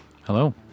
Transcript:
Hello